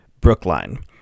Brookline